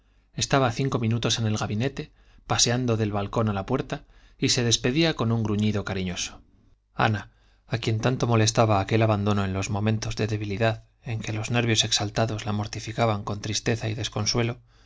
estaba cinco minutos en el gabinete paseando del balcón a la puerta y se despedía con un gruñido cariñoso ana a quien tanto molestaba aquel abandono en los momentos de debilidad en que los nervios exaltados la mortificaban con tristeza y desconsuelo